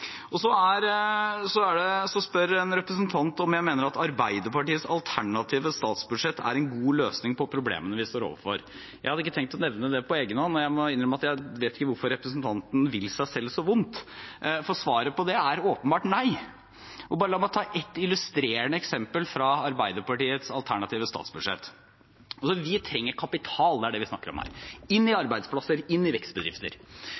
Så spør en representant om jeg mener at Arbeiderpartiets alternative statsbudsjett er en god løsning på problemene vi står overfor. Jeg hadde ikke tenkt å nevne det på egen hånd, og jeg må innrømme at jeg ikke vet hvorfor representanten vil seg selv så vondt, for svaret på det er åpenbart nei. Bare la meg ta ett illustrerende eksempel fra Arbeiderpartiets alternative statsbudsjett: Vi trenger kapital – det er det vi snakker om her – inn i arbeidsplasser, inn i vekstbedrifter.